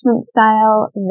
Style